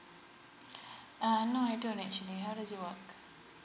uh no I don't actually how does it work